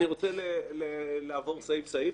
אני רוצה לעבור סעיף-סעיף,